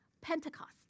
Pentecost